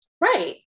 Right